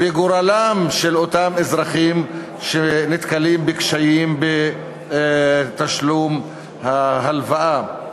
בגורלם של אותם אזרחים שנתקלים בקשיים בתשלום ההלוואה.